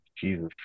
Jesus